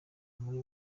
muri